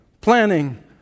planning